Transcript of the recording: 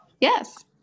Yes